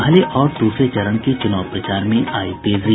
पहले और दूसरे चरण के चुनाव प्रचार में आयी तेजी